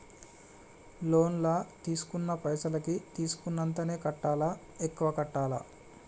Loan లా తీస్కున్న పైసల్ కి తీస్కున్నంతనే కట్టాలా? ఎక్కువ కట్టాలా?